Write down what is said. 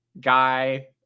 guy